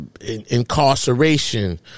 incarceration